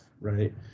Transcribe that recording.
right